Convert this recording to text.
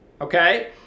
okay